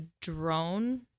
drone